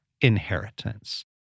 Inheritance